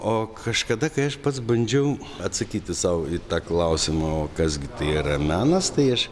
o kažkada kai aš pats bandžiau atsakyti sau į tą klausimą o kas gi tai yra menas tai aš